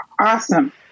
Awesome